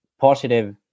positive